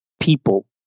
people